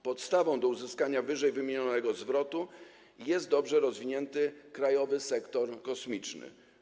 Podstawą do uzyskania ww. zwrotu jest dobrze rozwinięty krajowy sektor kosmiczny.